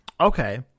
Okay